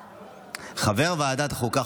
חבר ועדת החוקה,